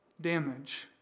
damage